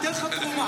ניתן לך תרומה.